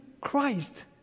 Christ